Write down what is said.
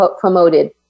promoted